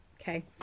Okay